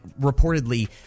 reportedly